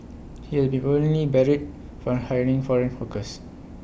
he has been permanently barred from hiring foreign workers